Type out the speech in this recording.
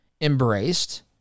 embraced